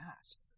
asked